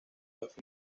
los